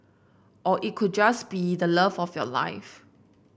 or it could just be the love of your life